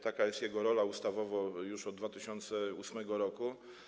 Taka jest jego rola ustawowa już od 2008 r.